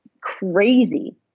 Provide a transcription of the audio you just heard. crazy